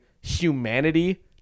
humanity